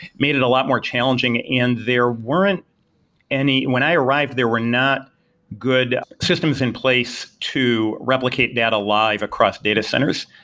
made it a lot more challenging, and there weren't any when i arrived, there were not good systems in place to replicate data live across data centers.